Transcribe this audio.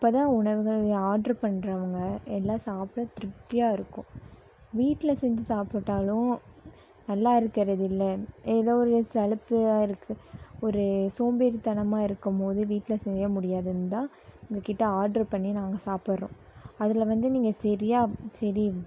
அப்போ தான் உணவுகள் ஆர்ட்ரு பண்றவங்க எல்லாம் சாப்பிட்டு திருப்தியாக இருக்கும் வீட்டில் செஞ்சு சாப்பிட்டாலும் நல்லா இருக்கிறது இல்லை ஏதோ ஒரு சலுப்பியாக இருக்குது ஒரு சோம்பேறித்தனமாக இருக்கும்போது வீட்டில் செய்ய முடியாதுந்தான் உங்கள்கிட்ட ஆர்ட்ரு பண்ணி நாங்கள் சாப்பிடறோம் அதில் வந்து நீங்கள் சரியா சரி